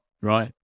right